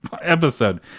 episode